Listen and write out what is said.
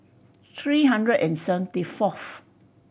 three hundred and seventy fourth